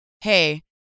hey